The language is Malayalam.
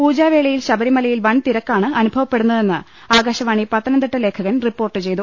പൂജാവേളയിൽ ശബരിമലയിൽ വൻതി രക്കാണ് അനുഭവപ്പെടുന്നതെന്ന് ആകാശവാണി പത്ത നംതിട്ട ലേഖകൻ റിപ്പോർട്ട് ചെയ്തു